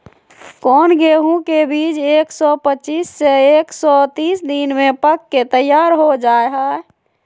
कौन गेंहू के बीज एक सौ पच्चीस से एक सौ तीस दिन में पक के तैयार हो जा हाय?